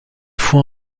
fois